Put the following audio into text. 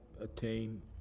attain